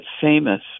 famous